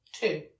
Two